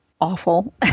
awful